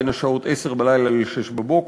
בין השעות 22:00 ל-06:00.